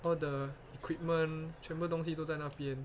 all the equipment 全部东西都在那边